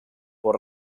por